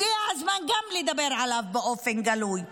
הגיע הזמן לדבר גם עליו באופן גלוי.